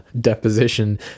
deposition